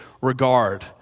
regard